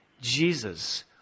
Jesus